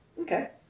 Okay